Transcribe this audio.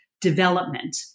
development